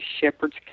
shepherds